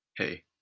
Hey